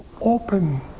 open